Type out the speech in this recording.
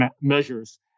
measures